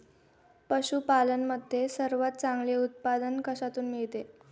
पशूपालन मध्ये सर्वात चांगले उत्पादन कशातून मिळते?